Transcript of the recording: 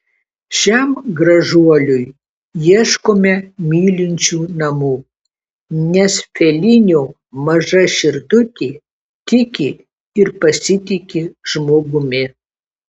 šiam gražuoliui ieškome mylinčių namų nes felinio maža širdutė tiki ir pasitiki žmogumi